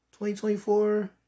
2024